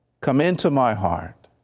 come into my heart,